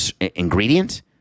ingredient